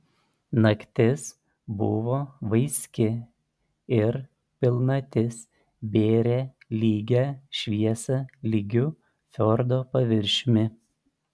naktis buvo vaiski ir pilnatis bėrė lygią šviesą lygiu fjordo paviršiumi